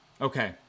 Okay